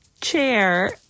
Chair